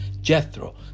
Jethro